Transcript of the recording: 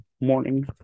morning